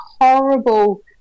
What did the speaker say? horrible